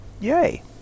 Yay